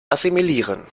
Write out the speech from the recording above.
assimilieren